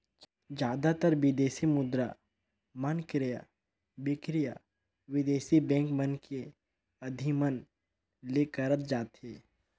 जादातर बिदेसी मुद्रा मन क्रय बिक्रय बिदेसी बेंक मन के अधिमन ले करत जाथे